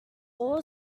all